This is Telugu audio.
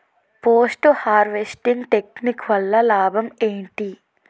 పోస్ట్ హార్వెస్టింగ్ టెక్నిక్ వల్ల లాభం ఏంటి?